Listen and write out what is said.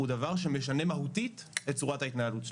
זה דבר שמשנה מהותית את צורת ההתנהלות שלהם.